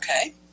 Okay